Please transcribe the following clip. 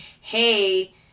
hey